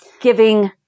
giving